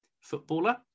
footballer